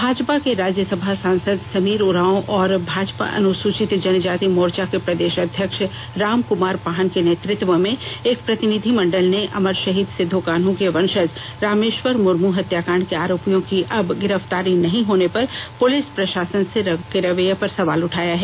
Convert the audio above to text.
भाजपा के राज्यसभा सांसद समीर उरांव और भाजपा अनुसूचित जनजाति मोर्चा के प्रदेश अध्यक्ष रामकुमार पाहन के नेतृत्व में एक प्रतिनिधिमंडल ने अमर शहीद सिद्धो कान्हू के वंषज रामेश्वर मुर्मू हत्याकांड के आरोपियों की अब तक गिरफ्तारी नहीं होने पर पुलिस प्रषासन के रवैये पर सवाल उठाया है